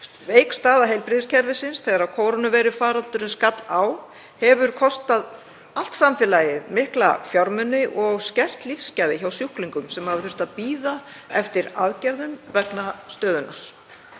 Veik staða heilbrigðiskerfisins þegar kórónuveirufaraldurinn skall á hefur kostað allt samfélagið mikla fjármuni og skert lífsgæði hjá sjúklingum sem hafa þurft að bíða eftir aðgerðum vegna stöðunnar.